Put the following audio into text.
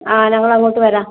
അഹ് ഞങ്ങൾ അങ്ങോട്ട് വരാം